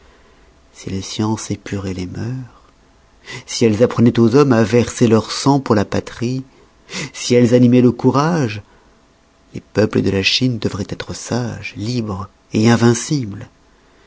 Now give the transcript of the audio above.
si les sciences épuroient les mœurs si elles apprenoient aux hommes à verser leur sang pour la patrie si elles animoient le courage les peuples de la chine devroient être sages libres invincibles